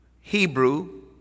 Hebrew